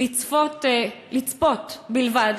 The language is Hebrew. לצפות בלבד,